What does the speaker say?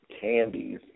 candies